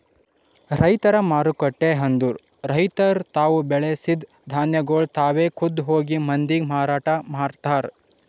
ರೈತರ ಮಾರುಕಟ್ಟೆ ಅಂದುರ್ ರೈತುರ್ ತಾವು ಬೆಳಸಿದ್ ಧಾನ್ಯಗೊಳ್ ತಾವೆ ಖುದ್ದ್ ಹೋಗಿ ಮಂದಿಗ್ ಮಾರಾಟ ಮಾಡ್ತಾರ್